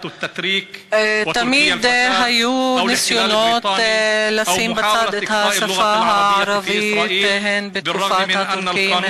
תמיד היו ניסיונות לשים בצד את השפה הערבית: הן בתקופת הטורקים,